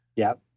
yep